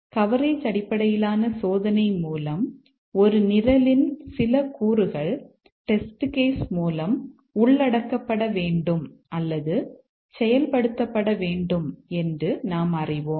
coverage அடிப்படையிலான சோதனை மூலம் ஒரு நிரலின் சில கூறுகள் டெஸ்ட் கேஸ் எம்